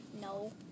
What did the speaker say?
no